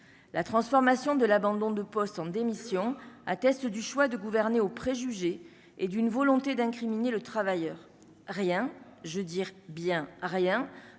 la transformation de l'abandon de poste en démission attestent du choix de gouverner aux préjugés et d'une volonté d'incriminer le travailleur rien, je veux dire bien rien